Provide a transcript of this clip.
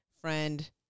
friend